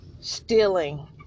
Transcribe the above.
stealing